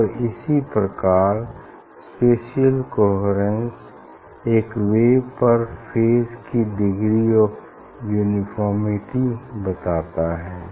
और इसी प्रकार स्पेसियल कोहेरेन्स एक वेव पर फेज की डिग्री ऑफ़ यूनिफोर्मिटी बताता है